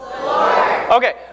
Okay